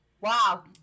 Wow